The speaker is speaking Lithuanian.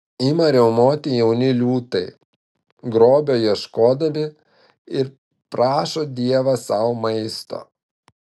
ima riaumoti jauni liūtai grobio ieškodami ir prašo dievą sau maisto